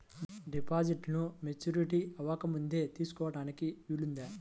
డిపాజిట్ను మెచ్యూరిటీ అవ్వకముందే తీసుకోటానికి వీలుందా?